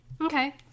Okay